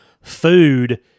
food